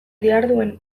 diharduen